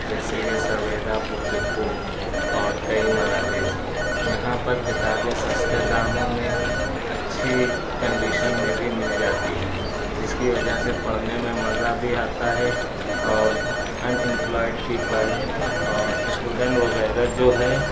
جیسے کہ Savera book depot اور کئی مراکز یہاں پر کتابیں سستے داموں میں اچھی کنڈیشن میں بھی مل جاتی ہیں جس کی وجہ سے پڑھنے میں مزا بھی آتا ہے اور انامپلائیڈ پیپل اور اسٹوڈینٹ وغیرہ جو ہے